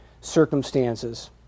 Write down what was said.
circumstances